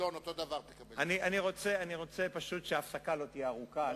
אני לא רוצה שההפסקה תהיה ארוכה,